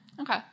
Okay